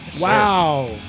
Wow